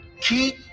Keep